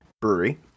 brewery